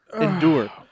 endure